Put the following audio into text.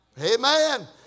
Amen